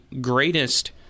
greatest